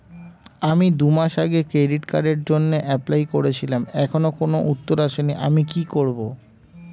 আমি দুমাস আগে ক্রেডিট কার্ডের জন্যে এপ্লাই করেছিলাম এখনো কোনো উত্তর আসেনি আমি কি করব?